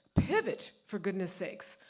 pivot, for goodness sakes.